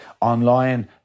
online